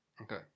Okay